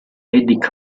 eddie